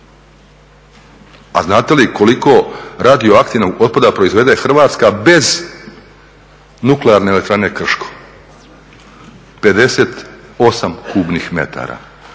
A znate li koliko radioaktivnog otpada proizvede Hrvatska bez Nuklearne elektrane Krško? 58 kubnih metara.